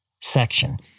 section